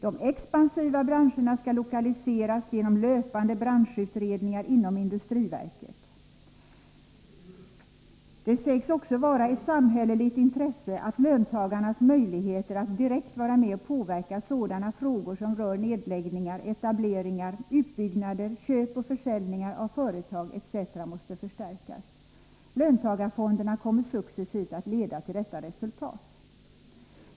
De expansiva branscherna skall lokaliseras genom löpande branschutredningar inom Industriverket. Det sägs också vara ett samhälleligt intresse att löntagarnas möjligheter att direkt vara med och påverka sådana frågor som rör nedläggningar, etableringar, utbyggnader, köp och försäljningar av företag, etc. måste förstärkas. Löntagarfonderna kommer successivt att leda till detta resultat.